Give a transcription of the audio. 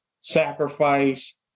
sacrifice